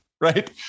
right